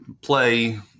play